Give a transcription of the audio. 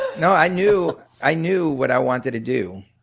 no, i knew i knew what i wanted to do.